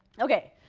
okay.